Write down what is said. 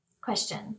Question